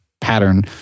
pattern